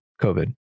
COVID